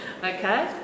Okay